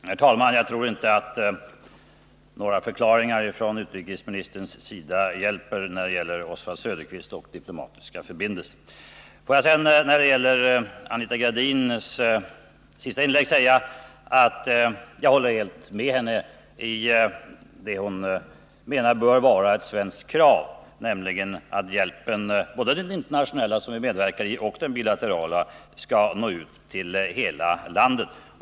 Herr talman! Jag tror inte att några förklaringar från utrikesministerns sida hjälper när det gäller Oswald Söderqvist och diplomatiska förbindelser. Vad beträffar Anita Gradins senaste inlägg vill jag säga att jag håller helt med henne om det hon menar bör vara ett svenskt krav, nämligen att hjälpen — både den internationella, som vi medverkar i, och den bilaterala — skall nå ut till hela landet.